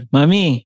Mami